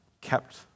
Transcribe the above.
kept